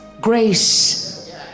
grace